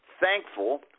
thankful